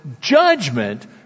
judgment